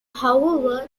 however